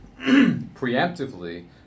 preemptively